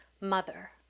mother